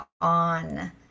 on